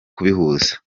kubihuza